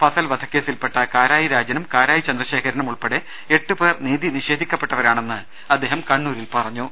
ഫസൽ വധക്കേസിൽപ്പെട്ട കാരായി രാജനും കാരായി ഉൾപ്പെടെ ചന്ദ്രശേഖരനും എടു പേർ നീതിനിഷേധിക്കപ്പെട്ടവരാണെന്നും അദ്ദേഹം കണ്ണൂരിൽ പറഞ്ഞു